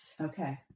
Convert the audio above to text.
okay